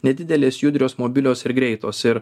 nedidelės judrios mobilios ir greitos ir